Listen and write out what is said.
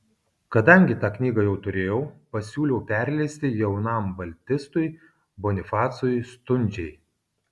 kadangi tą knygą jau turėjau pasiūliau perleisti jaunam baltistui bonifacui stundžiai